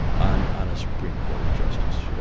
on on a supreme court justice, yeah